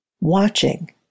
watching